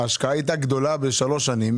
ההשקעה הייתה גדולה בשלוש שנים,